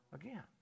again